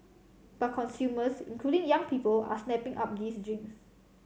but consumers including young people are snapping up these drinks